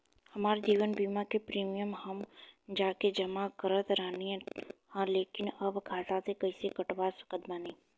हमार जीवन बीमा के प्रीमीयम हम जा के जमा करत रहनी ह लेकिन अब खाता से कइसे कटवा सकत बानी?